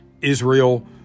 Israel